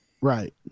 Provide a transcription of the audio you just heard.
Right